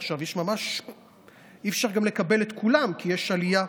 עכשיו, אי-אפשר גם לקבל את כולם, כי יש עלייה.